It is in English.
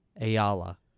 Ayala